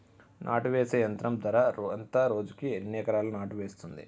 నాటు వేసే యంత్రం ధర ఎంత రోజుకి ఎన్ని ఎకరాలు నాటు వేస్తుంది?